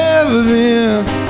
evidence